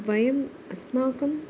वयम् अस्माकम्